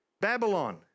Babylon